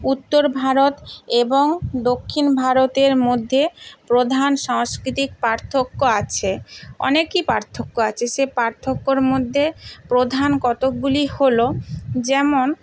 উত্তর ভারত এবং দক্ষিণ ভারতের মধ্যে প্রধান সাংস্কৃতিক পার্থক্য আছে অনেকই পার্থক্য আছে সে পার্থক্যর মধ্যে প্রধান কতকগুলি হলো যেমন